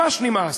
ממש נמאס.